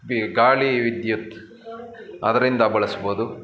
the ಗಾಳಿ ವಿದ್ಯುತ್ ಅದರಿಂದ ಬಳಸ್ಬೋದು